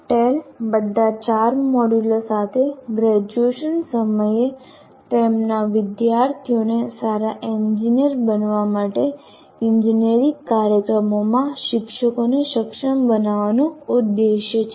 ટેલ બધા ચાર મોડ્યુલો સાથે ગ્રેજ્યુએશન સમયે તેમના વિદ્યાર્થીઓને સારા એન્જિનિયર બનવા માટે ઇજનેરી કાર્યક્રમોમાં શિક્ષકોને સક્ષમ બનાવવાનો ઉદ્દેશ છે